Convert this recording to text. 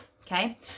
Okay